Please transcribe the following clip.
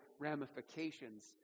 ramifications